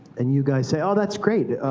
and you guys say, oh, that's great,